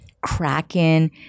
Kraken